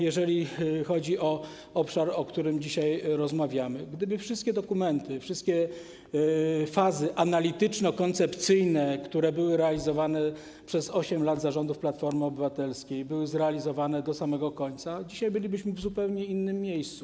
Jeżeli chodzi o obszar, o którym dzisiaj rozmawiamy, to gdyby wszystkie dokumenty, wszystkie fazy analityczno-koncepcyjne, które były realizowane przez 8 lat za rządów Platformy Obywatelskiej, były zrealizowane do samego końca, dzisiaj bylibyśmy w zupełnie innym miejscu.